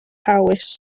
hawys